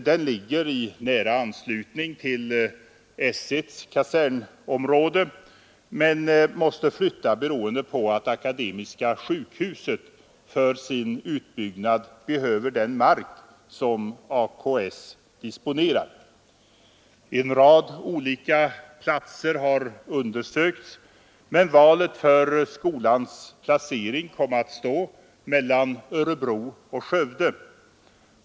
Den ligger i nära anslutning till S 1:s kasernområde men måste flytta beroende på att Akademiska sjukhuset för sin utbyggnad behöver den mark som AKS disponerar. En rad olika platser har undersökts, men valet för skolans placering kom att stå mellan Örebro och Skövde.